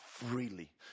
Freely